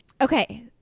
Okay